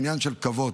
היא עניין של כבוד,